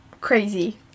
crazy